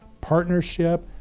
partnership